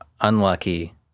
unlucky